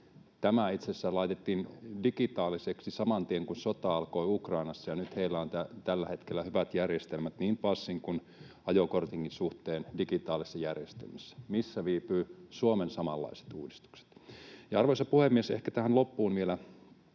Tämä itse asiassa laitettiin Ukrainassa digitaaliseksi saman tien, kun sota alkoi, ja nyt heillä on tällä hetkellä hyvät järjestelmät niin passin kuin ajokortinkin suhteen digitaalisessa järjestelmässä. Missä viipyvät Suomen samanlaiset uudistukset? Arvoisa puhemies! Ehkä tähän loppuun vielä: